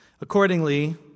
Accordingly